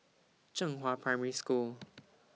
Zhenghua Primary School